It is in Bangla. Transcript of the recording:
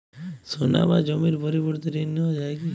সোনা বা জমির পরিবর্তে ঋণ নেওয়া যায় কী?